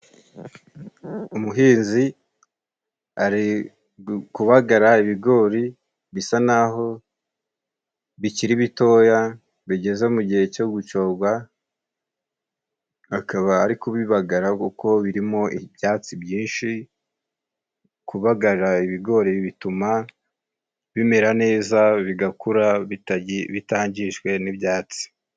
Umuhinzi ari kubagara ibigori bisa naho bikiri bitoya bigeze mu gihe cyo gucogwa, akaba ari kubibagara kuko birimo ibyatsi byinshi. Kubaga ibigori bituma bimera neza bigakura bitangijwe n'ibyatsi.